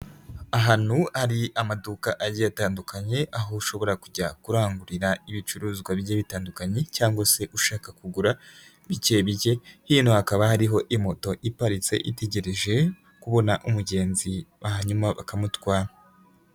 Ahantu ari amaduka agiye atandukanye, aho ushobora kujya kurangurira ibicuruzwa bigiye bitandukanye cyangwa se ushaka kugura bike bike, hino hakaba hariho moto iparitse itegereje kubona umugenzi, hanyuma bakamutwara.